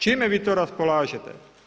Čime vi to raspolažete?